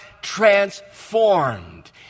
transformed